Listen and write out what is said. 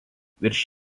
virš